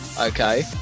okay